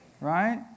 right